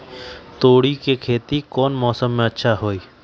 तोड़ी के खेती कौन मौसम में अच्छा होई?